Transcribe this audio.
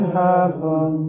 heaven